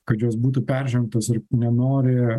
kad jos būtų peržengtos ir nenori